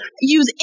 use